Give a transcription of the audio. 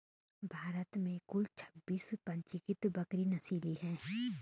भारत में कुल छब्बीस पंजीकृत बकरी नस्लें हैं